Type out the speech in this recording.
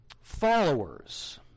followers